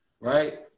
right